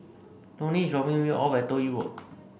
Loni is dropping me off at Toh Yi Road